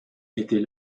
était